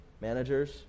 managers